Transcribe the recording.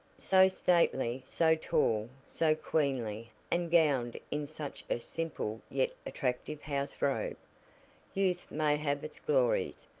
so stately, so tall, so queenly, and gowned in such a simple yet attractive house robe. youth may have its glories,